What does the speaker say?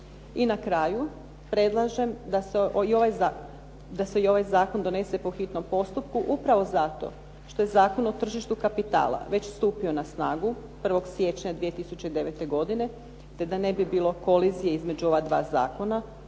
I na kraju, predlažem da se i ovaj zakon donese po hitnom postupku upravo zato što je Zakon o tržištu kapitala već stupio na snagu 1. siječnja 2009. godine te da ne bi bilo kolizije između ova dva zakona,